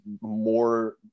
more